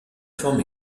forme